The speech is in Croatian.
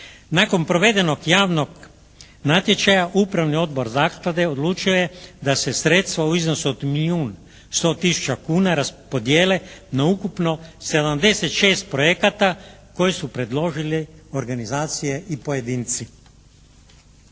Nakon provedenog javnog natječaja upravni odbor zaklade odlučio je da se sredstva u iznosu od milijun 100 tisuća kuna raspodijele na ukupno 76 projekata koje su predložili organizacije i pojedinci.